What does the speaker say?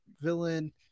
villain